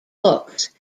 books